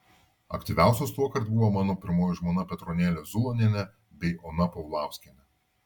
aktyviausios tuokart buvo mano pirmoji žmona petronėlė zulonienė bei ona paulauskienė